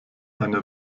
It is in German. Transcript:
eine